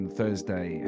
thursday